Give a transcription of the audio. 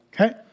okay